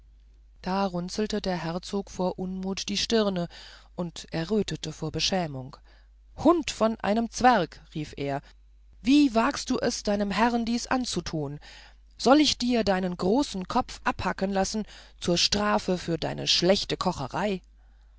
da runzelte der herzog vor unmut die stirne und errötete vor beschämung hund von einem zwerg rief er wie wagst du es deinem herrn dies anzutun soll ich dir deinen großen kopf abhacken lassen zur strafe für deine schlechte kocherei